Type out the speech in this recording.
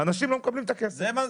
האנשים לא מקבלים את הכסף.